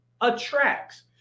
attracts